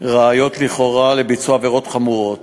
ראיות לכאורה לביצוע עבירות חמורות.